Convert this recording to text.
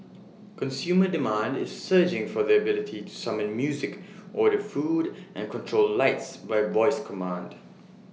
consumer demand is surging for the ability to summon music order food and control lights by voice commands